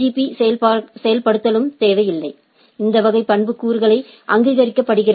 பீ செயல்படுத்தலுக்கும் தேவையில்லை இந்த வகை பண்புக்கூறுகளை அங்கீகரிக்கிறது